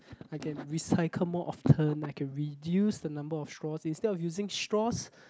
I can recycle more often I can reduce the number of straws instead of using straws